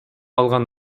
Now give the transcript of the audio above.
алган